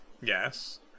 Yes